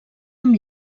amb